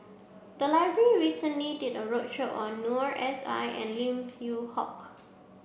the library recently did a roadshow on Noor S I and Lim Yew Hock